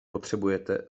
potřebujete